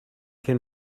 can